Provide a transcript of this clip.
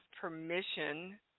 permission